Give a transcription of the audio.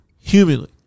humanly